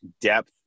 depth